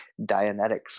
Dianetics